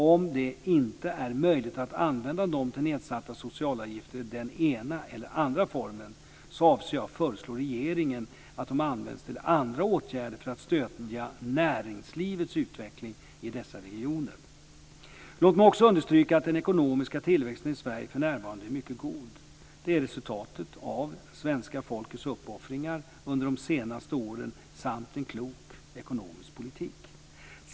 Om det inte är möjligt att använda dem till nedsatta socialavgifter i den ena eller andra formen avser jag att föreslå regeringen att de används till andra åtgärder för att stödja näringslivets utveckling i dessa regioner. Låt mig också understryka att den ekonomiska tillväxten i Sverige för närvarande är mycket god. Det är resultatet av svenska folkets uppoffringar under de senaste åren samt en klok ekonomisk politik.